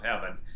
heaven